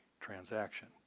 transaction